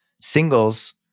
Singles